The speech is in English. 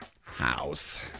House